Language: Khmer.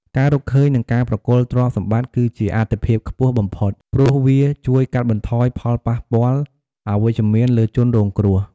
ការរកឃើញ និងការប្រគល់ទ្រព្យសម្បត្តិគឺជាអាទិភាពខ្ពស់បំផុត ព្រោះវាជួយកាត់បន្ថយផលប៉ះពាល់អវិជ្ជមានលើជនរងគ្រោះ។